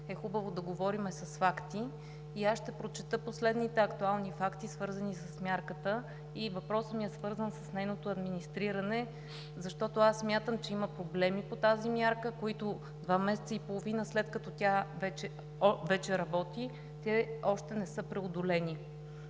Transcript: е хубаво да говорим с факти и аз ще прочета последните актуални факти, свързани с мярката. Въпросът ми е свързан с нейното администриране, защото аз смятам, че има проблеми по тази мярка, които още не са преодолени – два месеца и половина, след като тя вече работи. Цифрите са такива: